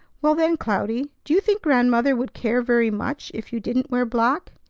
well, then, cloudy, do you think grandmother would care very much if you didn't wear black?